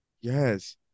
yes